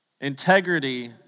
Integrity